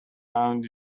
round